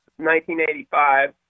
1985